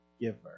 giver